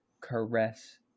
caress